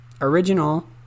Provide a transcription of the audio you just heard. original